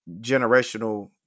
generational